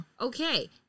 Okay